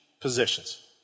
positions